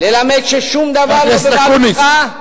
ללמד ששום דבר לא בבעלותך,